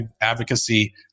advocacy